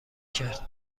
کرد